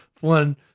one